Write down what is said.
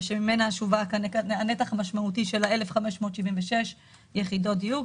שממנה שווק הנתח המשמעותי של 1,576 יחידות דיור,